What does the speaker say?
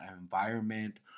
environment